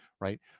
right